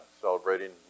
celebrating